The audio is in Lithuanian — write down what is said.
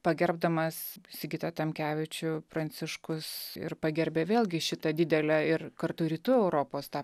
pagerbdamas sigitą tamkevičių pranciškus ir pagerbė vėlgi šitą didelę ir kartu rytų europos tą